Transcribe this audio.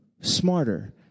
smarter